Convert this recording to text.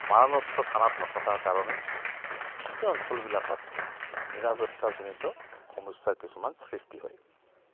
মাৰণাস্ত্ৰ থানাত নথকাৰ কাৰণেই সেই অঞ্চলবিলাকত নিৰাপত্তাজনিত সমস্যাৰ কিছুমান সৃষ্টি হয়